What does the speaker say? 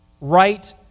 Right